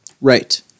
Right